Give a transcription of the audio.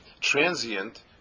Transient